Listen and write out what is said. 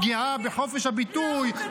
-- פגיעה בחופש הביטוי -- לא חוקתי.